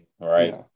right